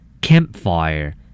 Campfire